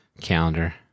calendar